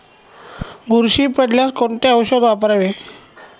बुरशी पडल्यास कोणते औषध वापरावे?